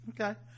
okay